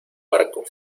barco